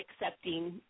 accepting